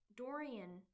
dorian